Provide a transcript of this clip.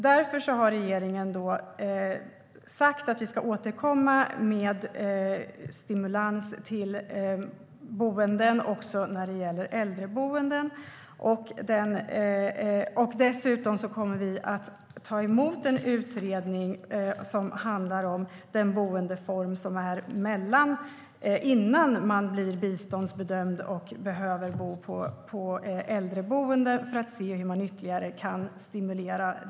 Därför har vi i regeringen sagt att vi ska återkomma med stimulans också när det gäller äldreboenden. Dessutom kommer vi att ta emot en utredning som handlar om den boendeform som finns mellan detta - innan man blir biståndsbedömd och behöver bo på äldreboende - för att se hur detta ytterligare kan stimuleras.